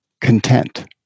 content